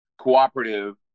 cooperative